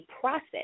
process